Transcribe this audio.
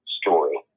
story